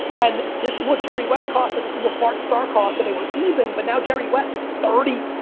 and this is what jerry west costs and this is what bart starr costs. and they were even, but now jerry west is thirty,